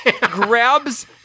grabs